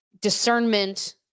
discernment